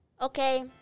Okay